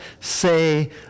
say